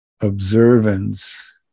observance